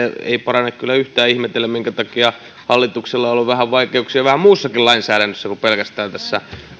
ei parane yhtään ihmetellä minkä takia hallituksella on ollut vähän vaikeuksia muussakin lainsäädännössä kuin pelkästään tässä